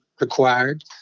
required